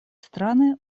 страны